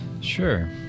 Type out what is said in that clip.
Sure